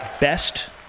Best